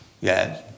Yes